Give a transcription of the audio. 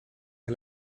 che